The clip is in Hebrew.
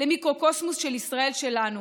למיקרוקוסמוס של ישראל שלנו,